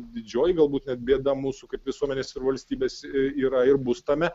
didžioji galbūt net bėda mūsų kaip visuomenės ir valstybės yra ir bus tame